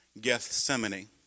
Gethsemane